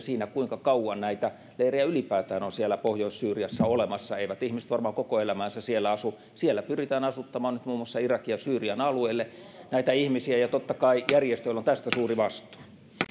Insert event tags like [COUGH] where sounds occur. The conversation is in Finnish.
[UNINTELLIGIBLE] siinä kuinka kauan näitä leirejä ylipäätään on siellä pohjois syyriassa olemassa eivät ihmiset varmaan koko elämäänsä siellä asu siellä pyritään asuttamaan nyt muun muassa irakin ja syyrian alueille näitä ihmisiä ja totta kai järjestöillä on tästä suuri vastuu